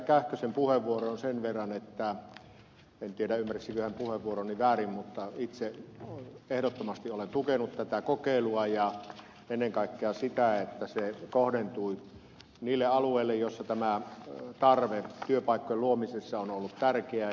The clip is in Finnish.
kähkösen puheenvuoroon sen verran että en tiedä ymmärsikö hän puheenvuoroni väärin mutta itse ehdottomasti olen tukenut tätä kokeilua ja ennen kaikkea sitä että se kohdentui niille alueille joilla tämä tarve työpaikkojen luomisessa on ollut tärkeä